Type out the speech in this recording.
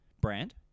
brand